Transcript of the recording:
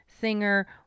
singer